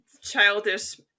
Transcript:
childish